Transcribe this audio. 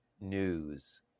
news